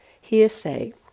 hearsay